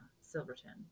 Silverton